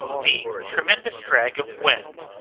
the tremendous drag of wind,